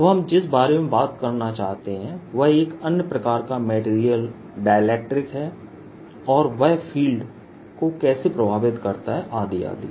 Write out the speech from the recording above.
अब हम जिस बारे में बात करना चाहते हैं वह एक अन्य प्रकार का मटेरियल डाइलेक्ट्रिक्स है और वह फील्ड को कैसे प्रभावित करते हैं आदि आदि